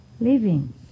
living